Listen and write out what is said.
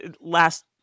last